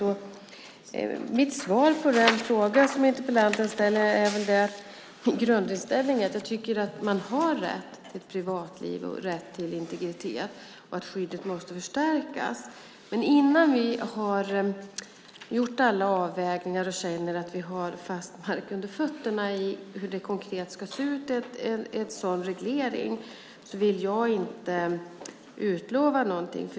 Som svar på den fråga som interpellanten ställer får jag väl säga att min grundinställning är att jag tycker att man har rätt till privatliv, rätt till integritet och att skyddet måste förstärkas. Men innan vi har gjort alla avvägningar och känner att vi har fast mark under fötterna när det gäller hur en sådan reglering konkret ska se ut vill jag inte utlova någonting.